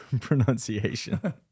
pronunciation